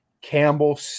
Campbell